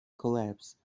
collapse